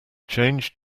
change